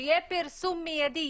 שיהיה פרסום מידי,